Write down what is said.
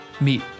meet